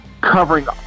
Covering